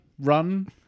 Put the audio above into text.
run